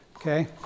okay